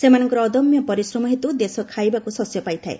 ସେମାନଙ୍କର ଅଦମ୍ୟ ପରିଶ୍ରମ ହେତୁ ଦେଶ ଖାଇବାକୁ ଶସ୍ୟ ପାଇଥାଏ